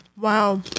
Wow